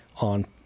on